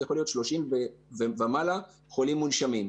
וזה יכול להיות 30 ומעלה חולים מונשמים.